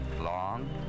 Long